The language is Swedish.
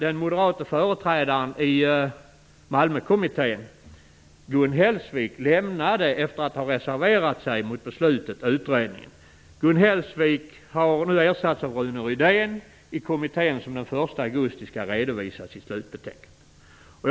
Den moderata företrädaren i Malmökommittén, Gun Hellsvik, lämnade utredningen efter att ha reserverat sig mot beslutet. Gun Hellsvik har nu ersatts av Rune Rydén i kommittén som den 1 augusti skall redovisa sitt slutbetänkande.